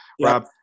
Rob